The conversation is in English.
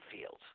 fields